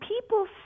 people